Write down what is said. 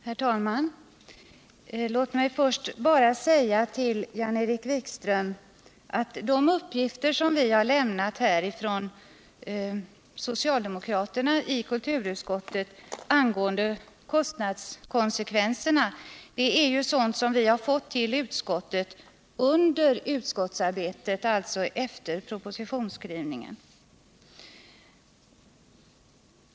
Herr talman! Låt mig först bara säga till Jan-Erik Wikström att de uppgifter som socialdemokraterna i kulturutskottet här lämnat angående kostnadskonsekvenserna har utskottet fått under utskottsarbetet, alltså efter propositionsskrivningen.